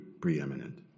preeminent